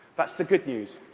that's the good news.